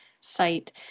site